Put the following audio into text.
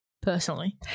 personally